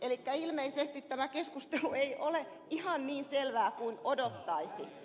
elikkä ilmeisesti tämä keskustelu ei ole ihan niin selvää kuin odottaisi